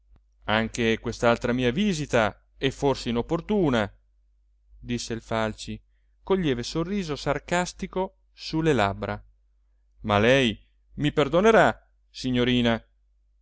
anche quest'altra mia visita è forse inopportuna disse il falci col lieve sorriso sarcastico su le labbra ma lei mi perdonerà signorina